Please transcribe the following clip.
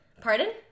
Pardon